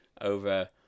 over